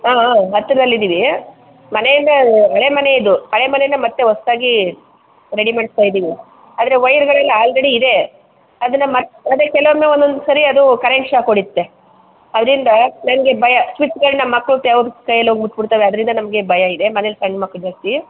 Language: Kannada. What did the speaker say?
ಹಾಂ ಹಾಂ ಹತ್ರದಲ್ಲಿ ಇದೀವಿ ಮನೆಯಿಂದ ಹಳೆ ಮನೆಯಿದು ಹಳೆ ಮನೆನ್ನ ಮತ್ತೆ ಹೊಸದಾಗಿ ರೆಡಿ ಮಾಡಿಸ್ತಾ ಇದ್ದೀವಿ ಆದರೆ ವಯರ್ಗಳೆಲ್ಲ ಆಲ್ರೆಡಿ ಇದೆ ಅದನ್ನು ಮತ್ತು ಅದೆ ಕೆಲವೊಮ್ಮೆ ಒಂದೊಂದು ಸರಿ ಅದು ಕರೆಂಟ್ ಶಾಕ್ ಹೊಡಿತ್ತೆ ಅದರಿಂದ ನನಗೆ ಭಯ ಸ್ವಿಚ್ಗಳನ್ನ ಮಕ್ಳು ತೇವದ ಕೈಯಲ್ಲಿ ಹೋಗಿ ಮುಟ್ಬಿಡ್ತವೆ ಅದರಿಂದ ನಮಗೆ ಭಯವಿದೆ ಮನೆಲ್ಲಿ ಸಣ್ಣ ಮಕ್ಳು ಜಾಸ್ತಿ